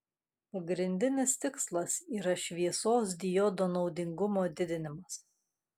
pagrindinis tikslas yra šviesos diodo naudingumo didinimas